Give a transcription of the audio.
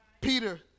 Peter